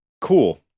cool